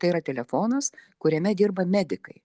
tai yra telefonas kuriame dirba medikai